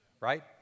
right